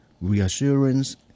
reassurance